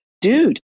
Dude